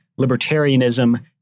libertarianism